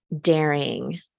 daring